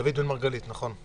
דוד בן מרגלית, נכון.